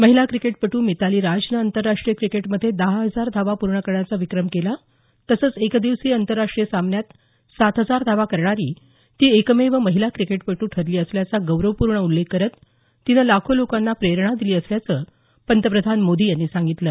महिला क्रिकेटपट्र मिताली राजनं आंतरराष्ट्रीय क्रिकेटमध्ये दहा हजार धावा पूर्ण करण्याचा विक्रम केला तसंच एकदिवसीय आंतरराष्ट्रीय सामन्यांत सात हजार धावा करणारी ती एकमेव महिला क्रिकेटपटू ठऱली असल्याचा गौरवपूर्ण उल्लेख करत तिनं लाखो लोकांना प्रेरणा दिली असल्याचं पतंप्रधान मोदी यांनी सांगितलं